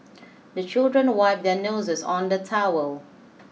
the children wipe their noses on the towel